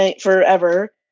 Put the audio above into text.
forever